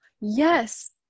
Yes